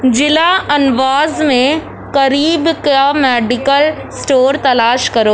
ضلع انواز میں قریب کا میڈیکل اسٹور تلاش کرو